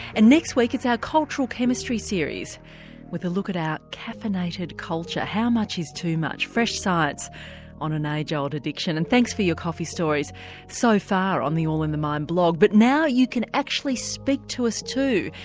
and next week it's our cultural chemistry series with a look at our caffeinated culture how much is too much? fresh science on an age-old addiction. and thanks for all your coffee stories so far on the all in the mind blog. but now you can actually speak to us too.